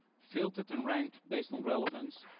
filtered and ranked based on relevance,